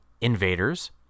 Invaders